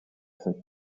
had